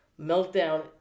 meltdown